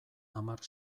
hamar